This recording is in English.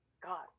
God